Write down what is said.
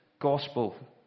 gospel